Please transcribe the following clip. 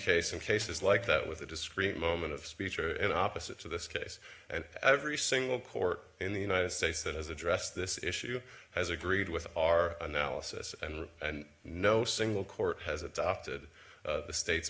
case and cases like that with a discrete moment of speech are in opposite to this case and every single court in the united states that has addressed this issue has agreed with our analysis and no single court has adopted the state